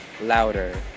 louder